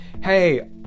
Hey